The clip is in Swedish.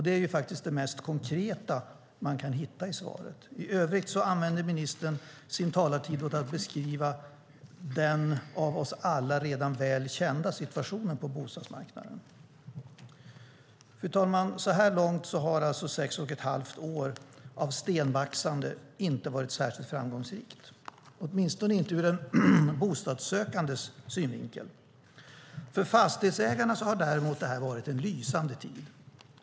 Det är faktiskt det mest konkreta man kan hitta i svaret. I övrigt använder ministern sin talartid till att beskriva den av oss alla redan väl kända situationen på bostadsmarknaden. Fru talman! Så här långt har alltså sex och ett halvt år av stenbaxande inte varit särskilt framgångsrikt, åtminstone inte ur en bostadssökandes synvinkel. Däremot har det varit en lysande tid för fastighetsägarna.